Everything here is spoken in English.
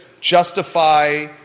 justify